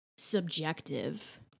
subjective